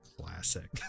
classic